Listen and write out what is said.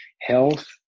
health